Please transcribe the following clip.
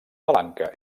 palanca